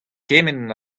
kement